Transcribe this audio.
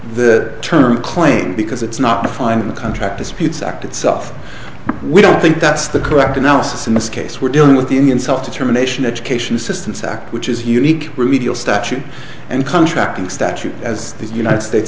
the term claim because it's not defined in the contract disputes act itself we don't think that's the correct analysis in this case we're dealing with the indian self determination education systems act which is unique remedial statute and contracting statute as the united states